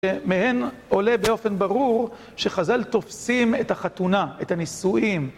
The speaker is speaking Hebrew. מהן עולה באופן ברור שחז"ל תופסים את החתונה, את הנישואים,